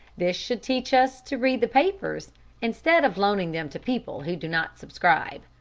this should teach us to read the papers instead of loaning them to people who do not subscribe.